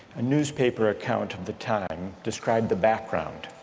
a newspaper account um the time described the background